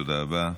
תודה רבה.